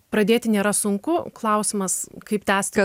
pradėti nėra sunku klausimas kaip tęsti